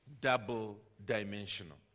double-dimensional